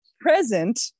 present